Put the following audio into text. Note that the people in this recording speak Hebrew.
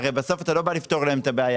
הרי בסוף אתה לא בא לפתור להם את הבעיה.